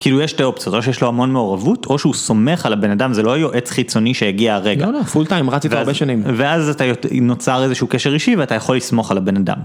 כאילו יש שתי אופציות או שיש לו המון מעורבות או שהוא סומך על הבן אדם זה לא יועץ חיצוני שהגיע הרגע. לא לא, פול טיים רץ איתו הרבה שנים ואז אתה נוצר איזשהו קשר אישי ואתה יכול לסמוך על הבן אדם.